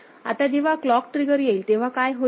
आता जेव्हा clock trigger येईल तेव्हा काय होईल